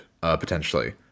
potentially